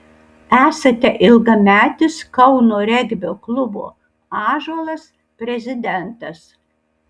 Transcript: esate ilgametis kauno regbio klubo ąžuolas prezidentas